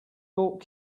bought